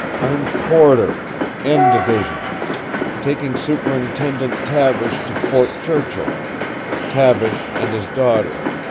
i'm porter n division taking superintendent tavish to fort churchill tavish and his daughter.